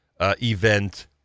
event